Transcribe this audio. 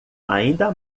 ainda